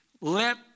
Let